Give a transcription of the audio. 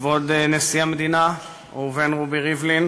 כבוד נשיא המדינה ראובן רובי ריבלין,